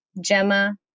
Gemma